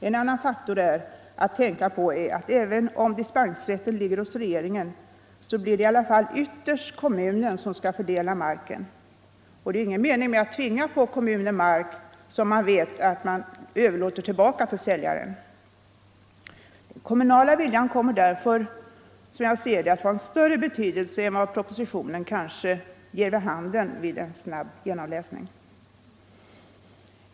En annan faktor att tänka på är att även om dispensrätten ligger hos regeringen så blir det ju i alla fall ytterst kommunen som skall fördela marken. Det är ju ingen mening med att tvinga på kommunen mark, som man vet att den överlåter tillbaka till säljaren. Den kommunala viljan kommer därför, som jag ser det, att få en större betydelse än vad propositionen kanske ger vid handen vid en snabb genomläsning.